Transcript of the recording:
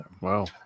Wow